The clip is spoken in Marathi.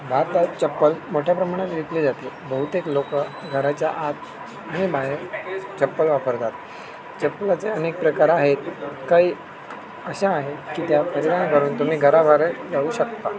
भारतात चप्पल मोठ्या प्रमाणात विकली जातील बहुतेक लोक घराच्या आत आणि बाहेर चप्पल वापरतात चप्पलाचे अनेक प्रकार आहेत काही अशा आहेत की त्या परिधान करून तुम्ही घराबाहेरही घालू शकता